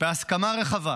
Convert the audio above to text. בהסכמה רחבה.